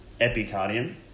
epicardium